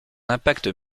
impact